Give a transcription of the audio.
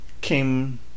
came